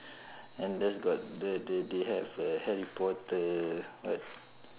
and then got the the they have uh harry potter what